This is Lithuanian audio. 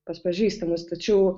pas pažįstamus tačiau